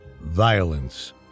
violence